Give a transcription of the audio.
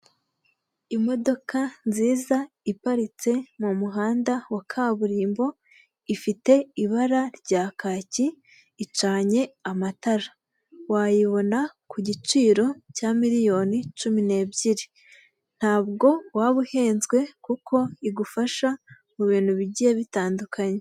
Imodoka nziza iparitse mu muhanda wa kaburimbo, ifite ibara rya kacyi, icanye amatara. Wayibona ku giciro cya miliyoni cumi n'ebyiri. Ntabwo waba uhenzwe kuko igufasha mu bintu bigiye bitandukanye.